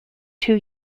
two